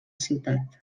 ciutat